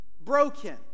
broken